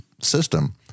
system